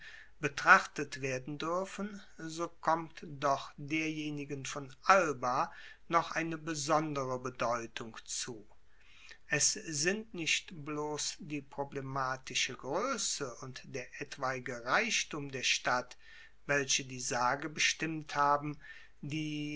betrachtet werden duerfen so kommt doch derjenigen von alba noch eine besondere bedeutung zu es sind nicht bloss die problematische groesse und der etwaige reichtum der stadt welche die sage bestimmt haben die